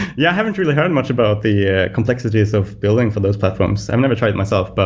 yeah, i haven't really heard much about the ah complexities of building for those platforms. i've never tried it myself. but